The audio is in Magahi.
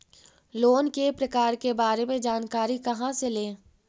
लोन के प्रकार के बारे मे जानकारी कहा से ले?